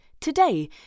today